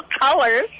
colors